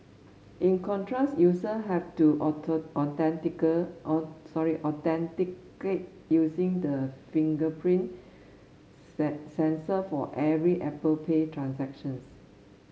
in contrast user have to sorry authenticate using the fingerprint sensor for every Apple Pay transactions